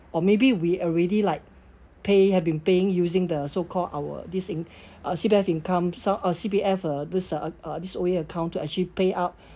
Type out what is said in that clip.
or maybe we already like pay have been paying using the so-called our this in~ uh C_P_F income some uh C_P_F uh this uh uh this O_A account to actually pay out